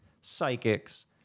psychics